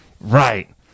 right